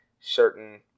certain